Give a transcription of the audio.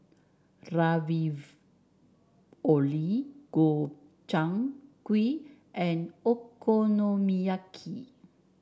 Ravioli Gobchang Gui and Okonomiyaki